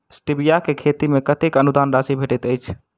Stevia केँ खेती मे कतेक अनुदान राशि भेटैत अछि?